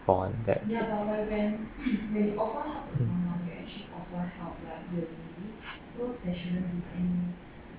born that mm